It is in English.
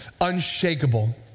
Unshakable